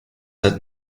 had